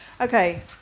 Okay